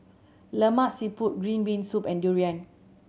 Lemak Siput green bean soup and durian